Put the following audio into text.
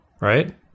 right